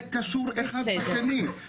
זה קשור אחד בשני.